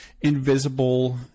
invisible